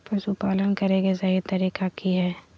पशुपालन करें के सही तरीका की हय?